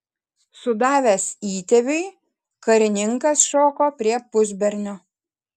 sudavęs įtėviui karininkas šoko prie pusbernio